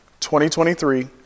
2023